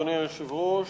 אדוני היושב-ראש,